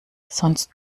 sonst